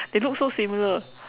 they look so similar